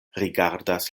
rigardas